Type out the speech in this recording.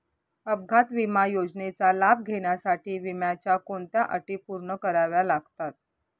अपघात विमा योजनेचा लाभ घेण्यासाठी विम्याच्या कोणत्या अटी पूर्ण कराव्या लागतात?